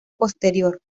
posterior